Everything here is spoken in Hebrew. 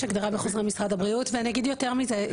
יש הגדרה בחוזרי משרד הבריאות ואני אגיד יותר מזה.